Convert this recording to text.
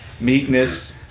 meekness